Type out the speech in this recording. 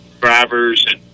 drivers